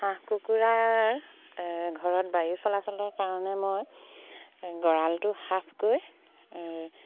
হাঁহ কুকুৰাৰ ঘৰত বায়ু চলাচলৰ কাৰণে মই গঁৰালটো হাফকৈ